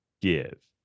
give